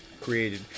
created